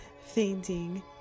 fainting